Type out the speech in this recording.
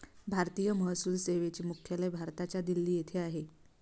भारतीय महसूल सेवेचे मुख्यालय भारताच्या दिल्ली येथे आहे